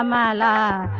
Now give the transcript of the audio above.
um la la